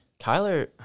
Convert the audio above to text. Kyler